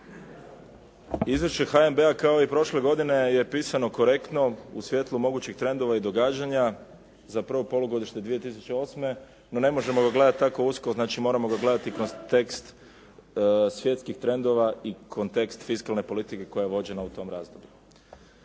Izvješće HNB-a, kao i prošle godine je pisano korektno u svjetlu mogućih trendova i događanja za prvo polugodište 2008., no ne možemo ga gledat tako usko, znači moramo ga gledati kroz tekst svjetskih trendova i kontekst fiskalne politike koja je vođena u tom razdoblju.